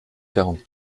quarante